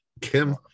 Kim